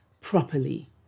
properly